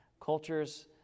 Cultures